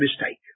mistake